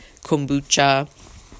kombucha